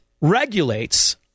regulates